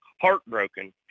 heartbroken